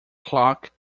clock